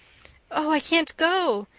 oh, i can't go,